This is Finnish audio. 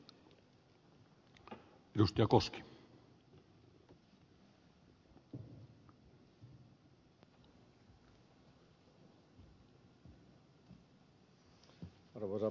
arvoisa herra puhemies